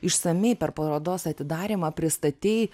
išsamiai per parodos atidarymą pristatei